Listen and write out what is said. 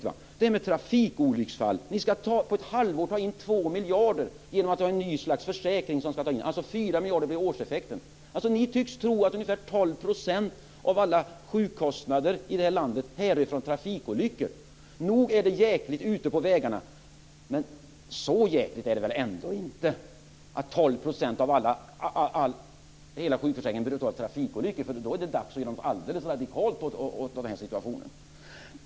Eller ta det här med trafikolycksfall. Ni ska på ett halvår ta in 2 miljarder kronor genom att ha ett nytt slags försäkring. 4 miljarder blir alltså årseffekten. Ni tycks tro att ungefär 12 % av alla sjukkostnader i det här landet härrör från trafikolyckor. Nog är det jäkligt ute på vägarna, men så jäkligt är det väl ändå inte att 12 % av hela sjukförsäkringen handlar om trafikolyckor? I så fall är det dags att göra något alldeles radikalt åt situationen.